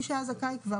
מי שהיה זכאי כבר,